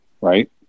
Right